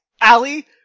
Allie